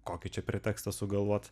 kokį čia pretekstą sugalvot